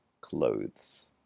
Clothes